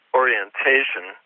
orientation